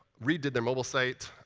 redid their mobile site.